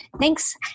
Thanks